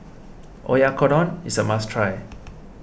Oyakodon is a must try